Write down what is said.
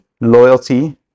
loyalty